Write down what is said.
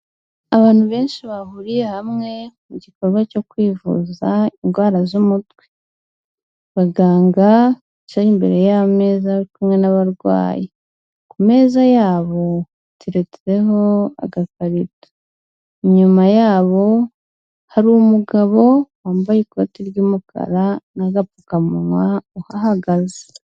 Abantu benshi bahuriye hamwe mu gikorwa cyo kwivuza indwara z'umutwe, abaganga bicaye mbere y'ameza ari kumwe n'abarwayi, ku meza hateretseho agakarito inyuma yabo hari umugabo wambaye ikoti ry'umukara n'agapfukamunwa uhagaze.